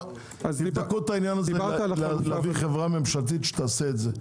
תבדקו את העניין הזה להביא חברה ממשלתית שתעשה את זה.